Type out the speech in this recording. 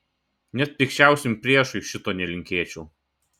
net pikčiausiam priešui šito nelinkėčiau